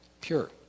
pure